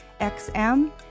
xm